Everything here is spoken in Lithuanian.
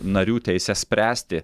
narių teise spręsti